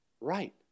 right